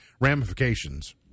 ramifications